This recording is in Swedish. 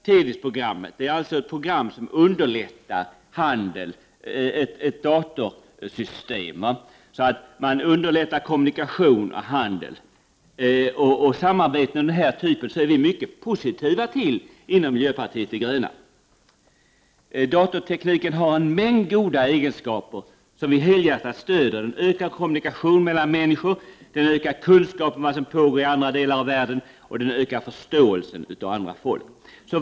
TEDIS-programmet är alltså ett datorprogram som underlättar kommunikation och handel. Samarbete av den här typen är vi mycket positiva till inom miljöpartiet de gröna. Datatekniken har en mängd goda egenskaper som vi helhjärtat stödjer: den bidrar till förbättrad kommunikation mellan människor, den ökar kunskapen om vad som pågår i andra delar av världen och den ökar förståelsen för andra folk.